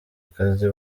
akazi